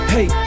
Hey